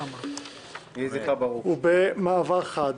ובמעבר חד,